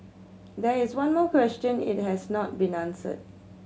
that is one more question it has not be answered